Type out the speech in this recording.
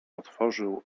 otworzył